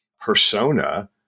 persona